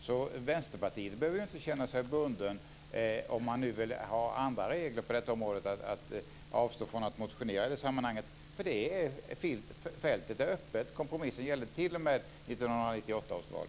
Så Vänsterpartiet behöver inte känna sig bundet, om man nu vill ha andra regler på detta område, att avstå från att motionera i det sammanhanget. Fältet är öppet. Kompromissen gällde t.o.m. 1998 års val.